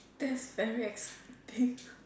that's very exciting